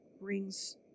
rings